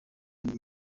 nibwo